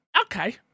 okay